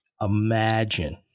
imagine